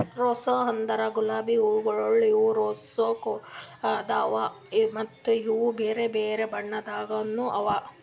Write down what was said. rose ಅಂದುರ್ ಗುಲಾಬಿ ಹೂವುಗೊಳ್ ಇವು ರೋಸಾ ಕುಲದ್ ಅವಾ ಮತ್ತ ಇವು ಬೇರೆ ಬೇರೆ ಬಣ್ಣದಾಗನು ಅವಾ